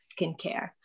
skincare